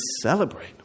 celebrate